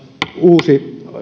uusi